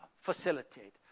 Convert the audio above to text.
facilitate